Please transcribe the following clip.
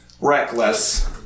Reckless